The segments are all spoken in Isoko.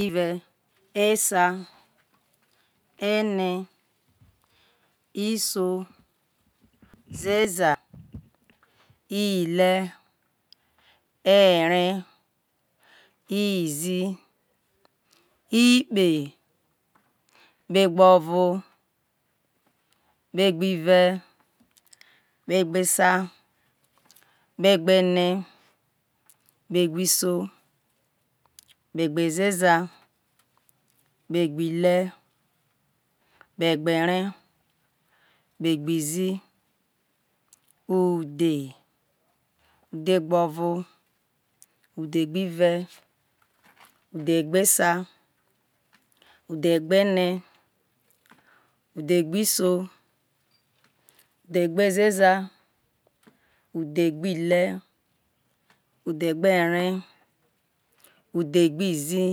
Ive esa ene iso zeza ile ere izi ikpe kpegbu vo kpegbive kpe gbe esa kpegbo ene kpegbo iso kpegbo ezeza kpegbo ile kpegbo ere kpegbo izi lidhe udhgbovo udhegbeive udhe gbo esa ughego ene udeghbo ene udhegbo ile udhegbo ere udhegbo izi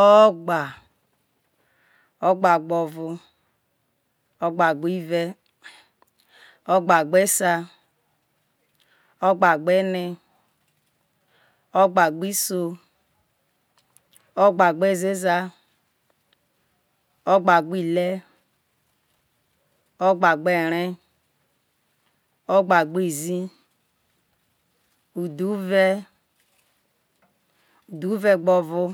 ogba ogba gbe ovo ogbe i've ogba gbe esa ogbagbe ene ogbagbe iso ogbagbe ezeza ogbagbe ile ogbagbe ere ogbagbe izi udhuew udhure gbe ovo